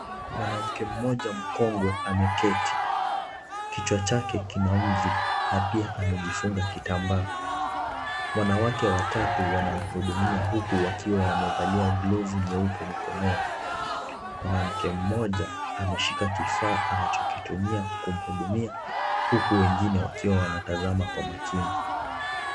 Mwanamke mmoja mkongwe ameketi kichwa chake kina mvi na pia amejifunga kitambaa. Wanawake watatu wanamhudumia huku wamevalia glovu nyeupe Mikono, mwanamke mmoja ameshika kifaa anachokitumia kumhudumia huku wengine wakiwa wanamtazama kwa makini.